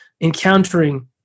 encountering